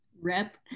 rep